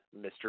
Mr